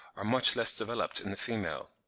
or much less developed in the female.